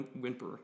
whimper